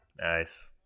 Nice